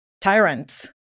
tyrants